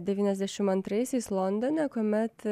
devyniasdešim antraisiais londone kuomet